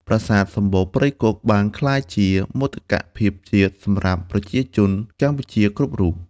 ប្រាសាទសំបូរព្រៃគុកបានក្លាយជាមោទកភាពជាតិសម្រាប់ប្រជាជនកម្ពុជាគ្រប់រូប។